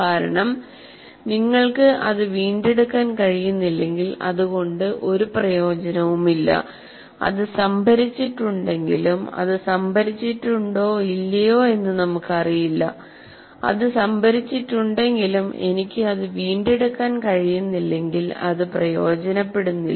കാരണം നിങ്ങൾക്ക് അത് വീണ്ടെടുക്കാൻ കഴിയുന്നില്ലെങ്കിൽ അത് കൊണ്ട് ഒരു പ്രയോജനവുമില്ല അത് സംഭരിച്ചിട്ടുണ്ടെങ്കിലും അത് സംഭരിച്ചിട്ടുണ്ടോ ഇല്ലയോ എന്ന് നമുക്ക് അറിയില്ല അത് സംഭരിച്ചിട്ടുണ്ടെങ്കിലും എനിക്ക് അത് വീണ്ടെടുക്കാൻ കഴിയുന്നില്ലെങ്കിൽ അത് പ്രയോജനപ്പെടുന്നില്ല